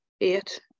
eight